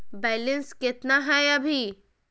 Balance केतना हय अभी?